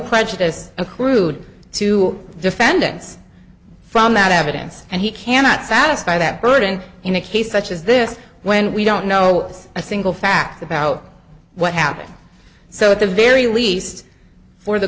prejudice accrued to the defendants from that evidence and he cannot satisfy that burden in a case such as this when we don't know a single fact about what happened so at the very least for the